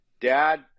dad